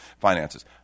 finances